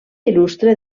il·lustre